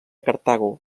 cartago